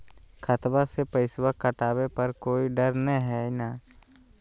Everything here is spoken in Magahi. खतबा से पैसबा कटाबे पर कोइ डर नय हय ना?